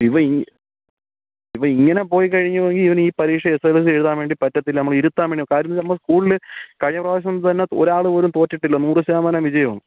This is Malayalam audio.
ഇവൻ ഇവൻ ഇങ്ങനെ പോയിക്കഴിഞ്ഞു പോയെങ്കിൽ ഇവനു ഈ പരീക്ഷ എസ് എസ് എൽ സി എഴുതാൻ വേണ്ടി പറ്റത്തില്ല നമ്മൾ ഇരുത്താൻ കാരണം നമ്മൾ സ്കൂളിൽ കഴിഞ്ഞ പ്രാവശ്യം തന്നെ ഒരാൾ പോലും തോറ്റിട്ടില്ല നൂറുശതമാനം വിജയമാണ്